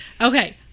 Okay